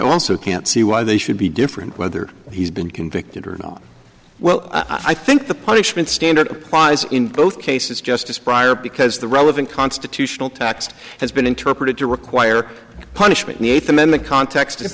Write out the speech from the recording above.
also can't see why they should be different whether he's been convicted or not well i think the punishment standard applies in both cases justice prior because the relevant constitutional tax has been interpreted to require punishment in the eighth amendment context i